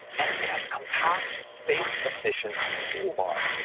and it has a compact space efficient tool bar.